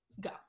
go